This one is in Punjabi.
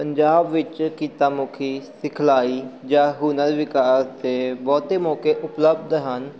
ਪੰਜਾਬ ਵਿੱਚ ਕਿੱਤਾ ਮੁਖੀ ਸਿਖਲਾਈ ਜਾਂ ਹੁਨਰ ਵਿਕਾਸ ਦੇ ਬਹੁਤ ਮੌਕੇ ਉਪਲਬਧ ਹਨ